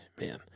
man